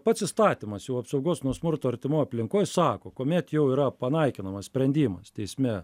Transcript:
pats įstatymas jau apsaugos nuo smurto artimoj aplinkoj sako kuomet jau yra panaikinamas sprendimas teisme